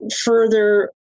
further